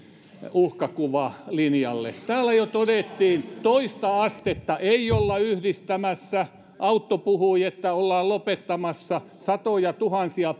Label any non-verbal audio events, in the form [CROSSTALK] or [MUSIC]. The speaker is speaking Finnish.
uhkakuvalinjalle täällä jo todettiin toista astetta ei olla yhdistämässä autto puhui että ollaan lopettamassa satojatuhansia [UNINTELLIGIBLE]